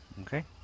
Okay